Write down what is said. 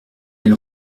elle